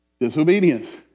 disobedience